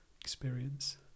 experience